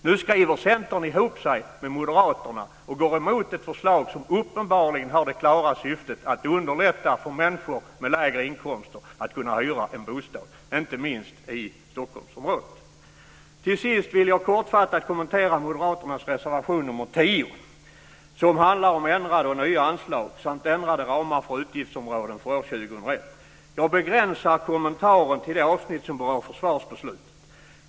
Nu skriver Centern ihop sig med Moderaterna och går emot ett förslag som uppenbarligen har det klara syftet att underlätta för människor med lägre inkomster att kunna hyra en bostad, inte minst i Stockholmsområdet. Till sist vill jag kortfattat kommentera moderaternas reservation nr 10, som handlar om ändrade och nya anslag samt ändrade ramar för utgiftsområden för år 2001. Jag begränsar kommentaren till det avsnitt som berör försvarsbeslutet.